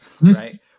right